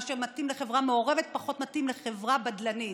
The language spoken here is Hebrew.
מה שמתאים לחברה מעורבת פחות מתאים לחברה בדלנית.